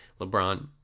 LeBron